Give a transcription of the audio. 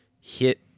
Hit